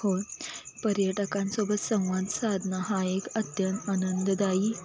हो पर्यटकांसोबत संवाद साधणं हा एक अति आनंददायी